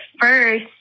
first